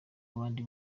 abandi